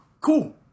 Cool